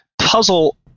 puzzle